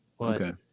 Okay